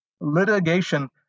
Litigation